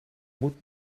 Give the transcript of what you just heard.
moet